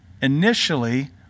initially